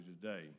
today